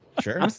sure